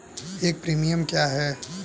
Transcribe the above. एक प्रीमियम क्या है?